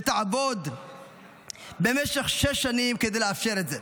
ותעבוד במשך שש שנים כדי לאפשר את זה.